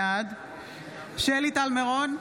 בעד שלי טל מירון,